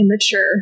immature